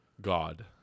God